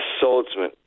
swordsman